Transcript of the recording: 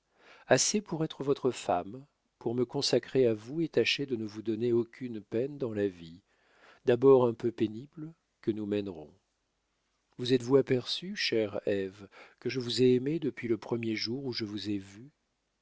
assez pour être votre femme pour me consacrer à vous et tâcher de ne vous donner aucune peine dans la vie d'abord un peu pénible que nous mènerons vous êtes-vous aperçue chère ève que je vous ai aimée depuis le premier jour où je vous ai vue